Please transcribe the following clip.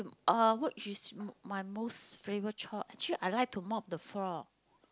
uh which is my most favourite chore actually I like to mop the floor